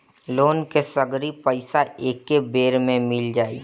Loan के सगरी पइसा एके बेर में मिल जाई?